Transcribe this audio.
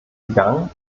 gegangen